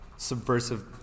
Subversive